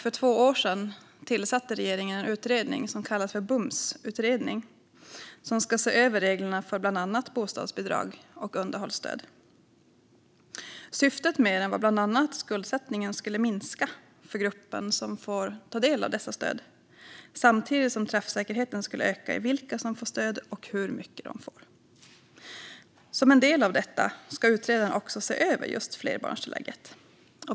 För två år sedan tillsatte regeringen en utredning som kallas för BUMS-utredningen, som ska se över reglerna för bland annat bostadsbidrag och underhållsstöd. Syftet med den var bland annat att skuldsättningen skulle minska för gruppen som får ta del av dessa stöd samtidigt som träffsäkerheten skulle öka när det gäller vilka som får stöd och hur mycket de får. Som en del av detta ska utredaren också se över just flerbarnstillägget.